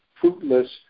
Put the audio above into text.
fruitless